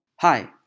Hi